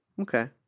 Okay